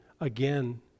again